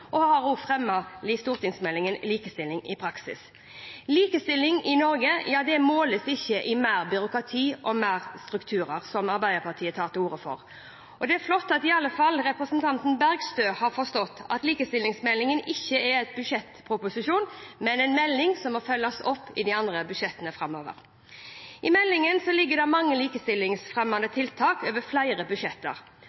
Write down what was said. og har også fremmet stortingsmeldingen Likestilling i praksis. Likestilling i Norge måles ikke i mer byråkrati og mer strukturer, som Arbeiderpartiet tar til orde for. Det er flott at iallfall representanten Bergstø har forstått at likestillingsmeldingen ikke er en budsjettproposisjon, men en melding som må følges opp i de andre budsjettene framover. I meldingen ligger det mange likestillingsfremmende tiltak over flere budsjetter.